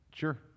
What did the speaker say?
Sure